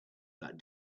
that